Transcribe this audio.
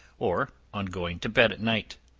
or on going to bed at night.